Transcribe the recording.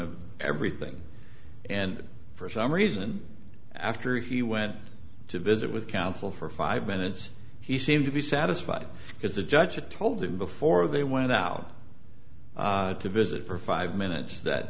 of everything and for some reason after if you went to visit with counsel for five minutes he seemed to be satisfied because the judge a told him before they went out to visit for five minutes that